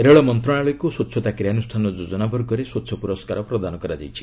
ରେଳମନ୍ତ୍ରଣାଳୟକୁ ସ୍ୱଚ୍ଚତା କ୍ରିୟାନୁଷ୍ଠାନ ଯୋଜନାବର୍ଗରେ ସ୍ୱଚ୍ଛ ପୁରସ୍କାର ପ୍ରଦାନ କରାଯାଇଛି